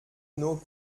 nur